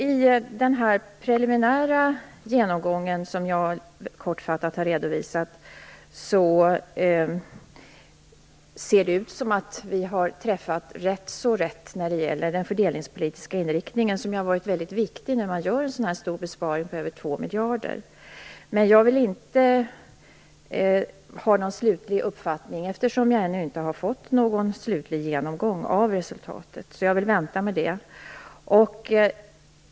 Herr talman! Efter den preliminära genomgång som jag kortfattat har redovisat ser det ut som att vi har träffat ganska så rätt när det gäller den fördelningspolitiska inriktningen, som ju har varit väldigt viktig när vi har gjort denna stora besparing på över 2 miljarder. Jag vill inte ha någon slutlig uppfattning eftersom jag ännu inte har fått någon slutlig genomgång av resultatet. Jag vill vänta med det.